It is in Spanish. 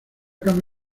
cama